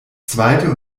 zweite